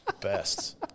Best